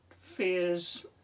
fears